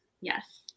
Yes